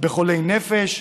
בחולי נפש,